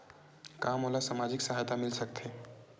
का मोला सामाजिक सहायता मिल सकथे?